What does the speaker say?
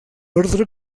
ordre